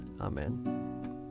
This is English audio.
Amen